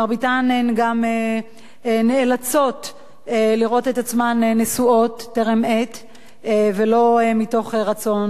מרביתן גם נאלצות לראות את עצמן נשואות בטרם עת ולא מתוך רצון,